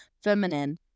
feminine